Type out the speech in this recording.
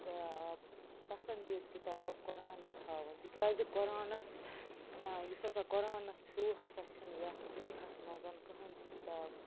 پسندیٖدٕ کِتاب قرآنٕے تھاوٕنۍ تِکیٛازِ قرآنَس یُس ہَسا قرآنَس ہیوٗ ہَسا چھِنہٕ یَتھ دُنیاہس منٛز کٕہۭنۍ تہِ کِتاب